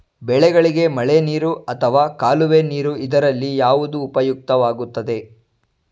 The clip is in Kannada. ಬೆಳೆಗಳಿಗೆ ಮಳೆನೀರು ಅಥವಾ ಕಾಲುವೆ ನೀರು ಇದರಲ್ಲಿ ಯಾವುದು ಉಪಯುಕ್ತವಾಗುತ್ತದೆ?